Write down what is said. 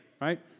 right